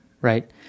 Right